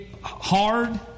hard